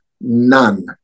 none